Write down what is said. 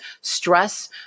stress